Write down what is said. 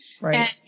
right